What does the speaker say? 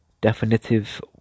definitive